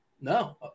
No